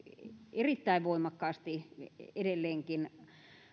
erittäin voimakkaasti edelleenkin